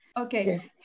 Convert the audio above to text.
Okay